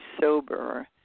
sober